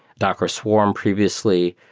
docker swarm previously.